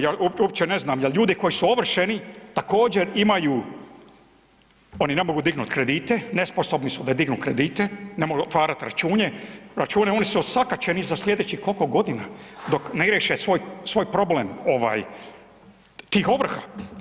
Ja uopće ne znam, jel ljudi koji su ovršeni također imaju, oni ne mogu dignuti kredite, nesposobni su da dignu kredite, ne mogu otvarati račune, oni su osakaćeni za slijedećih koliko godina dok ne riješe svoj problem ovaj tih ovrha.